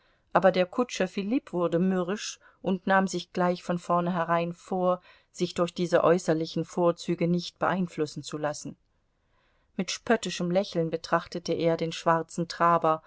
aber der kutscher filipp wurde mürrisch und nahm sich gleich von vornherein vor sich durch diese äußerlichen vorzüge nicht beeinflussen zu lassen mit spöttischem lächeln betrachtete er den schwarzen traber